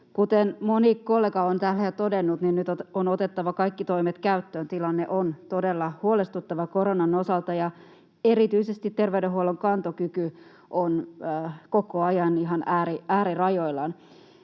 Kuten moni kollega on täällä jo todennut, niin nyt on otettava kaikki toimet käyttöön. Tilanne on todella huolestuttava koronan osalta, ja erityisesti terveydenhuollon kantokyky on koko ajan ihan äärirajoillaan.